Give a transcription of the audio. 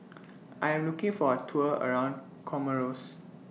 I Am looking For A Tour around Comoros